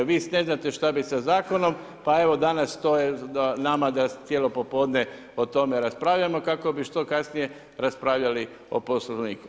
Vi ne znate što bi sa Zakonom, pa evo danas to je na nama da cijelo popodne o tome raspravljamo kako bi što kasnije raspravljali o Poslovniku.